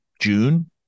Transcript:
June